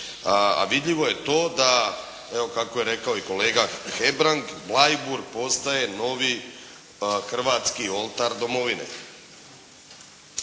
A vidljivo je to, evo kako je rekao kolega Hebrang Bleiburg postaje novi hrvatski oltar domovine.